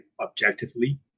objectively